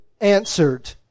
answered